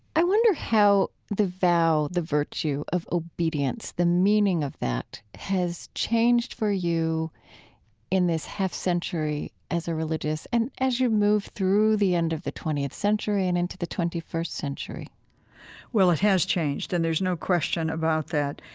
i wonder how the vow, the virtue of obedience, the meaning of that has changed for you in this half-century as a religious, and as you move through the end of the twentieth century and into the twenty first century well, it has changed, and there's no question about that.